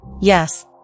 Yes